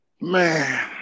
Man